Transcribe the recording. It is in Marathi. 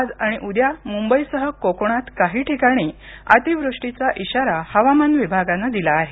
आज आणि उद्या मुंबईसह कोकणात काहि ठिकाणी अतिवृष्टीचा इशारा हवामान विभागानं दिला आहे